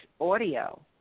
audio